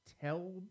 tell